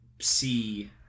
see